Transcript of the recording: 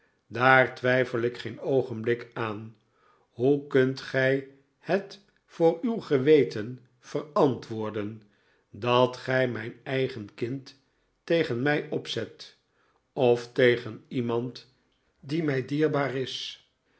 daar twijfel ik geen oogenblik aan hoe kunt gij het voor uw geweten verantwoorden dat gij mijn eigen kind tegen mij opzet of tegen iemand die mij dierbaar is